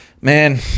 man